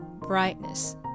brightness